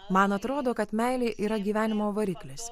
man atrodo kad meilė yra gyvenimo variklis